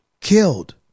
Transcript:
Killed